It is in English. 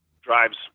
drives